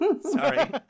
Sorry